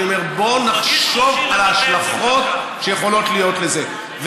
אני אומר: בוא נחשוב על ההשלכות שיכולות להיות לזה,